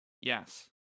Yes